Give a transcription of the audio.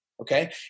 okay